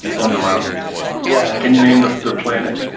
on the mountain yeah, can you name the the planet?